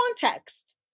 context